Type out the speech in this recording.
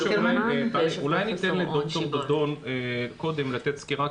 אולי ניתן לד"ר דאדון קודם לתת סקירה,